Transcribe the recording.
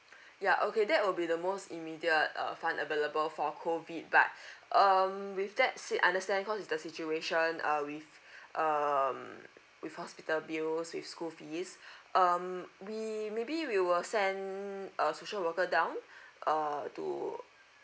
yup okay that will be the most immediate uh fund available for COVID but um with that said understand cause it's the situation uh with um with hospital bills with school fees um we maybe we will send a social worker down uh to